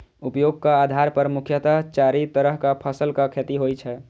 उपयोगक आधार पर मुख्यतः चारि तरहक फसलक खेती होइ छै